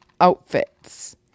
outfits